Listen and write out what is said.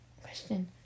Question